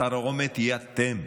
התרעומת היא אתם.